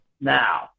Now